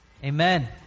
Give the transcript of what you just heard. Amen